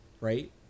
right